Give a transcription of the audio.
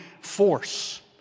force